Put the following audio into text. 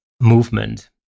movement